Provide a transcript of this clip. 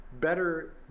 better